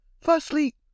Firstly